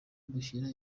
dushyira